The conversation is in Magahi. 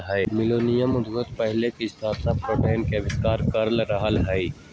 मिलेनियम उद्यमिता पहिले से स्थापित पैटर्न के अस्वीकार कर रहल हइ